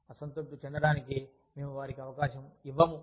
అసంతృప్తి చెందడానికి మేము వారికి అవకాశం ఇవ్వము